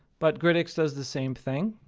but grydics does the same thing.